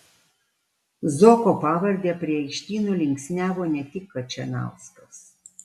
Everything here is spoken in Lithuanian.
zuoko pavardę prie aikštyno linksniavo ne tik kačanauskas